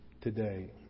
today